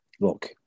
Look